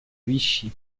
vichy